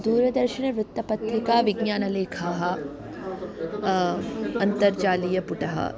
दूरदर्शनवृत्तपत्रिकाविज्ञानलेखाः अन्तर्जालीयपुटः